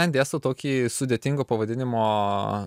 ten dėstau tokį sudėtingo pavadinimo